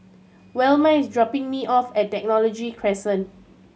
Velma is dropping me off at Technology Crescent